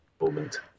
moment